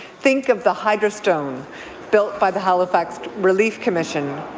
think of the hydro stone built by the halifax relief commission.